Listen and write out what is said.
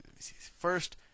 first